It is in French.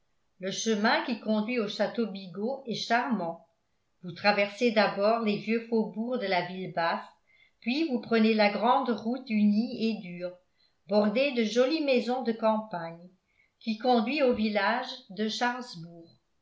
le chemin qui conduit au château bigot est charmant vous traversez d'abord les vieux faubourgs de la ville basse puis vous prenez la grande route unie et dure bordée de jolies maisons de campagne qui conduit au village de charlesbourg